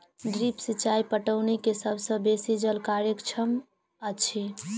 drip सिचाई पटौनी के सभ सॅ बेसी जल कार्यक्षम अछि